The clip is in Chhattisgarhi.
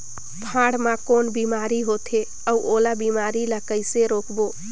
फाफण मा कौन बीमारी होथे अउ ओला बीमारी ला कइसे रोकबो?